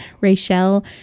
Rachel